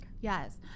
yes